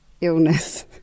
illness